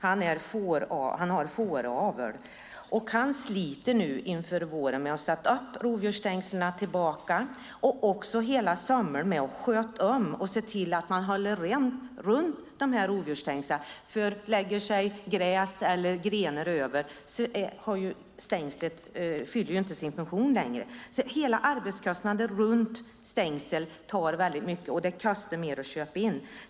Han har fåravel och sliter nu inför våren med att sätta upp rovdjursstängslen och också hela sommaren med att sköta om dem och se till att hålla rent runt rovdjursstängslen. Lägger sig gräs eller grenar över fyller inte stängslet sin funktion längre. Hela arbetskostnaden för stängslet blir mycket stor, och det kostar också mer att köpa in.